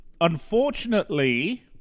Unfortunately